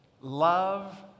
love